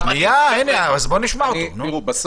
בדברי